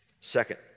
Second